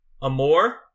Amore